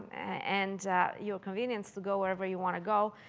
and your convenience to go wherever you wanna go.